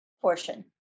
portion